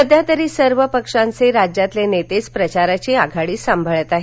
सध्या तरी सर्व पक्षांचे राज्यातले नेतेच प्रचाराची आघाडी सांभाळत आहेत